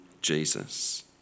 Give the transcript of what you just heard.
Jesus